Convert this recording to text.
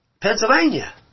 Pennsylvania